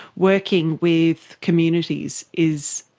working with communities is,